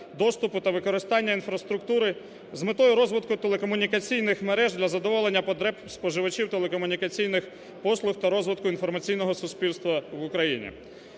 доступу та використання інфраструктури з метою розвитку телекомунікаційних мереж для задоволення потреб споживачів телекомунікаційних послуг та розвитку інформаційного суспільства в Україні.